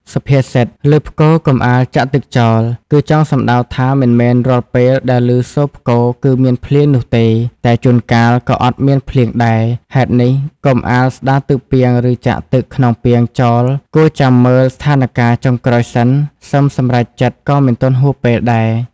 សុភាសិត "ឮផ្គរ កុំអាលចាក់ទឹកចោល" គឺចង់សំដៅថាមិនមែនរាល់ពេលដែលឮសូរផ្គរគឺមានភ្លៀង នោះទេតែជួនកាល ក៏អត់មានភ្លៀងដែរហេតុនេះកុំអាលស្តារទឹកពាងឬចាក់ទឹកក្នុងពាងចោលគួរចាំ មើលស្ថានការណ៍ចុងក្រោយសិនសឹមសម្រេចចិត្តក៏មិនទាន់ហួសពេលដែរ។